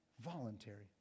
Voluntary